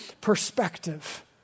perspective